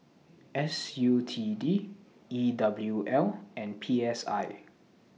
S U T D E W L and P S I